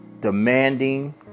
demanding